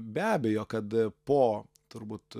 be abejo kad po turbūt